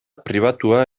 pribatua